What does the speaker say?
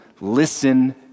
listen